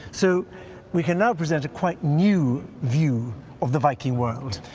so we can now present a quite new view of the viking world.